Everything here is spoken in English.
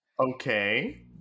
okay